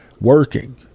working